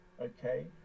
okay